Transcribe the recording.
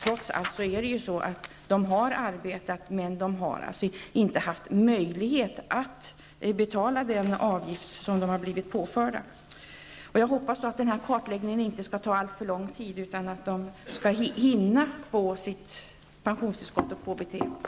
Trots allt har de arbetat, men de har inte haft möjlighet att betala den avgift som de har blivit påförda. Jag hoppas att denna kartläggning inte skall ta alltför lång tid utan att de skall hinna få sitt pensionstillskott och sitt KBT.